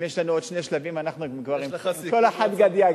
אם יש לנו עוד שני שלבים אנחנו כבר עם כל החד גדיא,